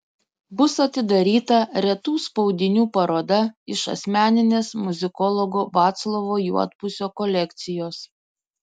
bus atidaryta retų spaudinių paroda iš asmeninės muzikologo vaclovo juodpusio kolekcijos